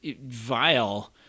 vile